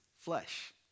flesh